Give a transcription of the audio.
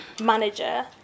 Manager